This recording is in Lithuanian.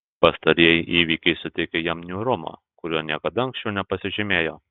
pastarieji įvykiai suteikė jam niūrumo kuriuo niekada anksčiau nepasižymėjo